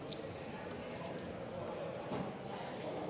Tak